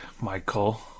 Michael